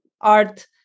art